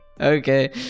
Okay